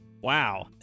Wow